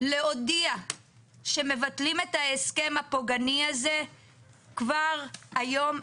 להודיע שמבטלים את ההסכם הפוגעני הזה כבר היום.